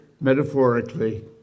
metaphorically